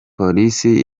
polisi